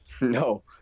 No